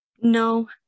No